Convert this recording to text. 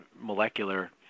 molecular